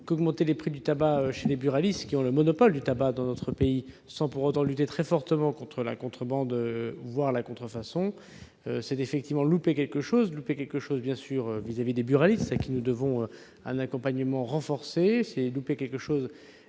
qu'augmenter le prix du tabac chez les buralistes, qui ont le monopole de la vente du tabac dans notre pays, sans pour autant lutter très fortement contre la contrebande, voire la contrefaçon, c'est effectivement louper quelque chose vis-à-vis des buralistes auxquels nous devons un accompagnement renforcé. C'est aussi louper quelque chose